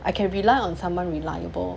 I can rely on someone reliable